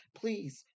Please